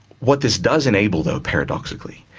what this does enable, though, paradoxically,